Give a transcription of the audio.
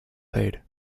paid